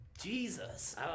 Jesus